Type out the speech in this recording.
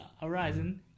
Horizon